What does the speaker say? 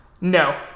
No